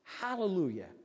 hallelujah